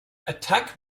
attack